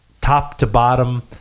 top-to-bottom